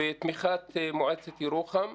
ותמיכת מועצת ירוחם.